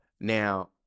Now